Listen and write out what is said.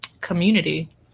community